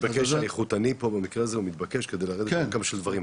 במקרה הזה מתבקש האיכותני פה כדי לרדת כמה שיותר לדברים,